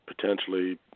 potentially